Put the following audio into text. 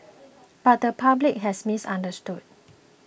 but the public has misunderstood